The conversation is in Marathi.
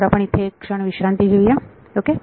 तर आपण इथे एक क्षण विश्रांती घेऊया ओके